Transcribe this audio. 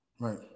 Right